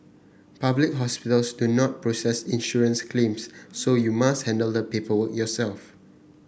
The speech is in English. public hospitals do not process insurance claims so you must handle the paperwork yourself